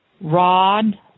Rod